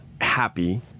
happy